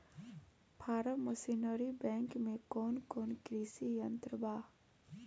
Form machinery bank में कौन कौन कृषि यंत्र बा?